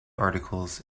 articles